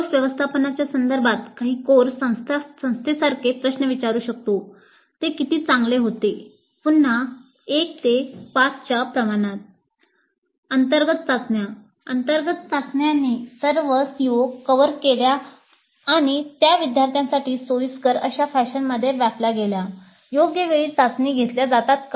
course व्यवस्थापनाच्या संदर्भात आम्ही कोर्स संस्थेसारखे प्रश्न विचारू शकतो ते किती चांगले होते केल्या आणि त्या विद्यार्थ्यांसाठी सोयीस्कर अशा फॅशनमध्ये व्यापल्या गेल्या योग्य वेळी चाचण्या घेताल्या जातात का